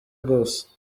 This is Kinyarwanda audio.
rwose